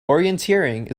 orienteering